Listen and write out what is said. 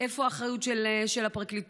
איפה האחריות של הפרקליטות,